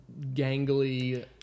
gangly